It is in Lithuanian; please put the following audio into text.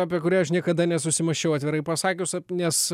apie kurią aš niekada nesusimąsčiau atvirai pasakius ap nes